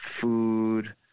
food